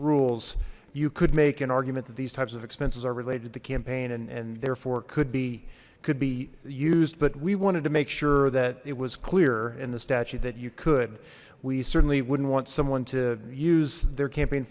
rules you could make an argument that these types of expenses are related to campaign and and therefore could be could be used but we wanted to make sure that it was clear in the statute that you could we certainly wouldn't want someone to use their campaign